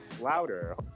louder